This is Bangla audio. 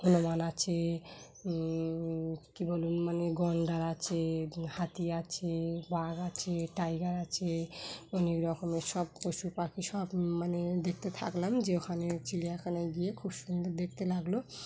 হনুমান আছে কী বলুন মানে গণডা আছে হাতি আছে বাঘ আছে টাইগার আছে অনেক রকমের সব পশু পাখি সব মানে দেখতে থাকলাম যে ওখানে চিড়িয়াখানায় গিয়ে খুব সুন্দর দেখতে লাগলো